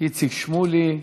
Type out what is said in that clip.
איציק שמולי,